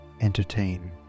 Entertain